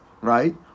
right